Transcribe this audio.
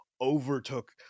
overtook